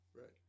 Right